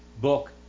book